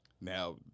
Now